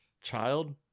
child